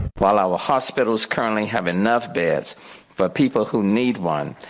well ah ah hospitals currently have enough beds for people who need one.